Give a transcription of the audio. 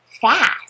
fast